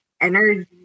energy